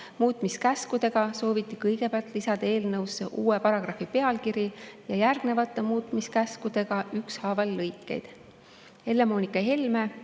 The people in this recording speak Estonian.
muutmiskäskudega lisada eelnõusse uue paragrahvi pealkiri ja järgnevate muutmiskäskudega ükshaaval lõikeid.